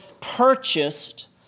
purchased